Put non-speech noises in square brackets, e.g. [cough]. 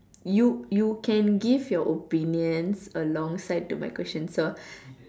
you you can give your opinions alongside to my questions so [breath]